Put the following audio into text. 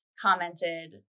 commented